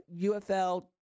UFL